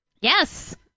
Yes